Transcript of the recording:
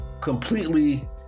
completely